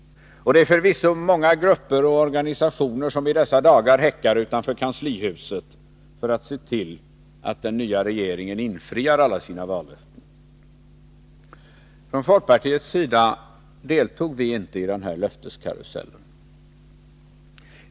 Och det är förvisso många grupper och organisationer som häckar utanför kanslihuset för att se till att den nya regeringen infriar alla sina vallöften. Från folkpartiets sida deltog vi inte i den här löfteskarusellen.